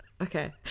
Okay